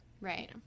right